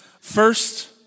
first